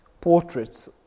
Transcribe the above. portraits